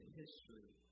history